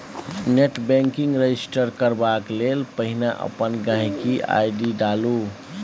net banking register करबाक लेल पहिने अपन गांहिकी आइ.डी डालु